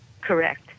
Correct